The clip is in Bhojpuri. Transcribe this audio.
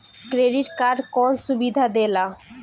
क्रेडिट कार्ड कौन सुबिधा देला?